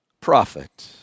prophet